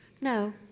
no